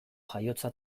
jaiotza